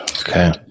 Okay